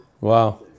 Wow